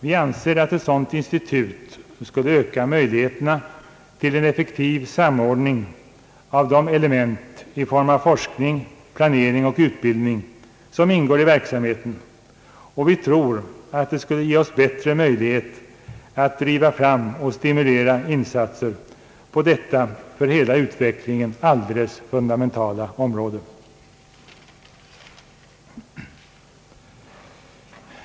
Vi anser att ett sådant institut ökar möjligheten till en effektiv samordning av de element i form av forskning, planering och utbildning som ingår i verksamheten, och vi tror att det skulle ge oss bättre möjligheter att driva fram och stimulera insatser på detta för hela utvecklingen alldeles fundamentala område.